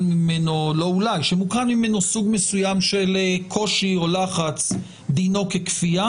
ממנו סוג מסוים של קושי או לחץ דינו ככפייה.